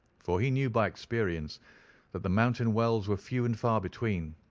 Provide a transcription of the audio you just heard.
for he knew by experience that the mountain wells were few and far between.